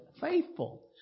faithful